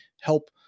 help